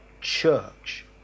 church